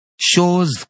shows